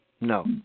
No